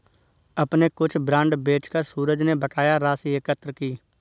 अपने कुछ बांड बेचकर सूरज ने बकाया राशि एकत्र की